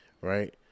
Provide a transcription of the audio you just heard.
right